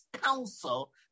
counsel